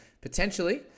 Potentially